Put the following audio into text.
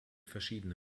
verschiedene